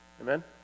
Amen